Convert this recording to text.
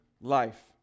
life